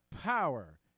power